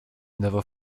never